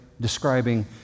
describing